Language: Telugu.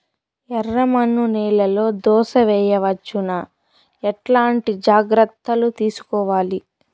ఎర్రమన్ను నేలలో దోస వేయవచ్చునా? ఎట్లాంటి జాగ్రత్త లు తీసుకోవాలి?